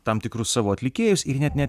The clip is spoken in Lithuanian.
tam tikrus savo atlikėjus ir net ne